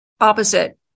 opposite